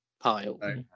pile